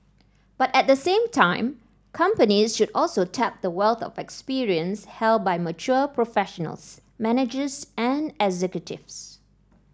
but at the same time companies should also tap the wealth of experience held by mature professionals managers and executives